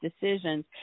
decisions